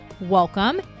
welcome